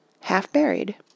half-buried